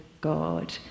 God